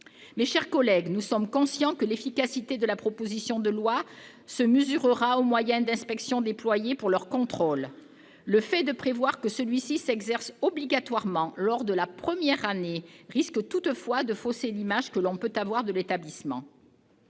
Mes chers collègues, nous sommes conscients que l'efficacité de la proposition de loi se mesurera aux moyens d'inspection déployés aux fins de contrôle. Le fait de prévoir que celui-ci s'exerce obligatoirement lors de la première année risque toutefois de fausser l'image que l'on peut avoir de l'établissement.